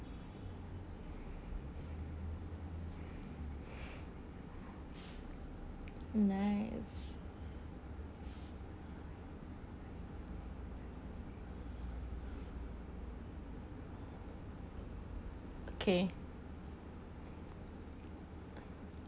nice okay